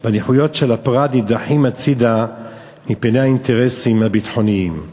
והנוחיות של הפרט נדחים הצדה מפני האינטרסים הביטחוניים.